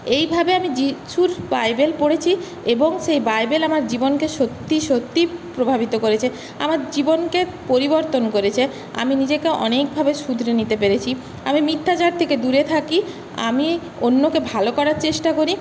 এইভাবে আমি যিশুর বাইবেল পড়েছি এবং সেই বাইবেল আমার জীবনকে সত্যি সত্যিই প্রভাবিত করেছে আমার জীবনকে পরিবর্তন করেছে আমি নিজেকে অনেকভাবে শুধরে নিতে পেরেছি আমি মিথ্যাচার থেকে দূরে থাকি আমি অন্যকে ভালো করার চেষ্টা করি